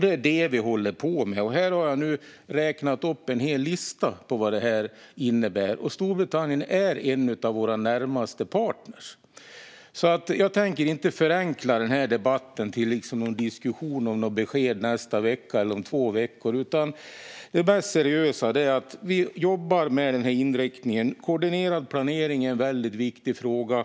Det är det vi håller på med, och här har jag nu räknat upp en hel lista på vad detta innebär. Storbritannien är en av våra närmaste partner. Jag tänker inte förenkla den här debatten till en diskussion om att ge besked nästa vecka eller om två veckor, utan det mest seriösa är att vi jobbar med den här inriktningen. En koordinerad planering är en väldigt viktig fråga,